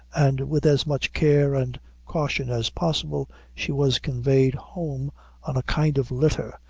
and with as much care and caution as possible, she was conveyed home on a kind of litter,